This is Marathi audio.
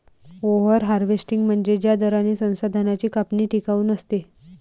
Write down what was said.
ओव्हर हार्वेस्टिंग म्हणजे ज्या दराने संसाधनांची कापणी टिकाऊ नसते